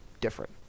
different